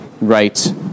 right